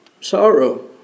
sorrow